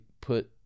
put